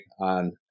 on